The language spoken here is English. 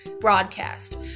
broadcast